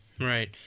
Right